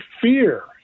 fear